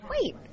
Wait